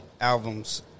albums